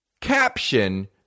caption